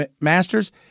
Masters